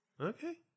Okay